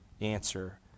Answer